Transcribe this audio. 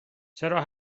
چرا